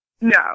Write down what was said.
No